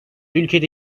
ülkede